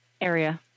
area